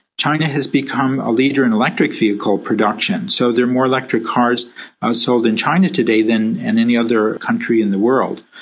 china has become a leader in electric vehicle production, so there are more electric cars ah sold in china today than in any other country in the world.